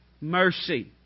mercy